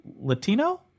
Latino